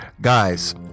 Guys